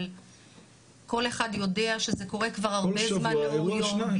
אבל כל אחד יודע שזה קורה כבר הרבה זמן לאור יום,